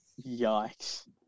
Yikes